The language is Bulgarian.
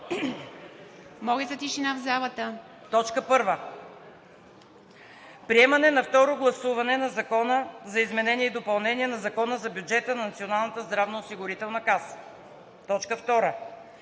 ред: „1. Приемане на второ гласуване на Закон за изменение и допълнение на Закон за бюджета на Националната